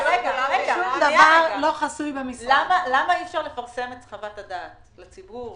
אז למה אי אפשר לפרסם את חוות הדעת לציבור,